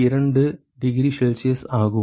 2oC ஆகும்